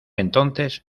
entonces